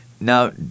Now